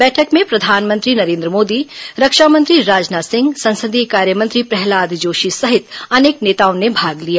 बैठक में प्रधानमंत्री नरेन्द्र मोदी रक्षामंत्री राजनाथ सिंह संसदीय कार्यमंत्री प्रहलाद जोशी सहित अनेक नेताओं ने भाग लिया